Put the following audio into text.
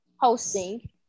hosting